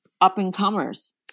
up-and-comers